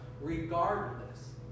Regardless